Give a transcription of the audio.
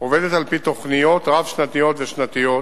עובדת על-פי תוכניות רב-שנתיות ושנתיות,